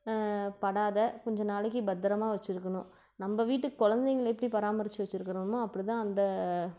படாத கொஞ்ச நாளைக்கு பத்திரமா வச்சிருக்கணும் நம்ம வீட்டு குழந்தைங்கள எப்படி பராமரித்து வச்சிருக்குறோமோ அப்படி தான் அந்த